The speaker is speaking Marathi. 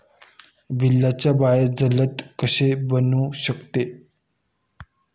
बिजलीचा बहर जलद कसा बनवू शकतो?